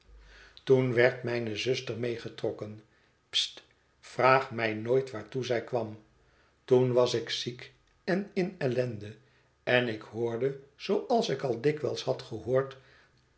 toen werd mijne zuster meegetrokken jst vraag mij nooit waartoe zij kwam toen was ik ziek en in ellende en ik hoorde zooals ik al dikwijls had gehoord